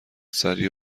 سریع